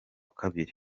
kabiri